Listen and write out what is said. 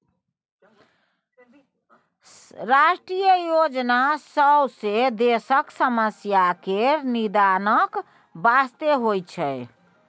राष्ट्रीय योजना सौंसे देशक समस्या केर निदानक बास्ते होइ छै